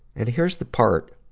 and here's the part,